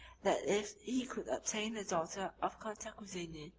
that if he could obtain the daughter of cantacuzene,